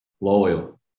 Loyal